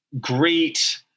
great